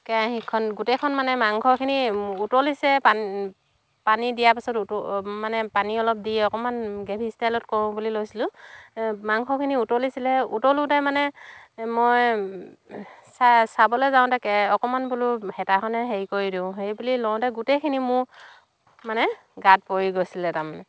কেৰাহীখন গোটেইখন মানে মাংসখিনি উতলিছে পানী দিয়াৰ পাছতো উতল মানে পানী অলপ দি অকণমান গ্ৰেভী ষ্টাইলত কৰোঁ বুলি লৈছিলোঁ মাংসখিনি উতলিছিলেহে উতলোতে মানে মই চাবলৈ যাওঁতে অকণমান বোলো হেতাখনেৰে হেৰি কৰি দিওঁ বুলি লওঁতে গোটেইখিনি মোৰ মানে গাত পৰি গৈছিলে তাৰমানে